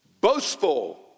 Boastful